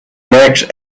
next